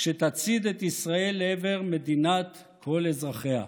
שתצעיד את ישראל לעבר מדינת כל אזרחיה.